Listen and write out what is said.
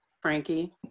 frankie